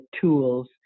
tools